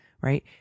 right